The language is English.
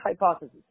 hypothesis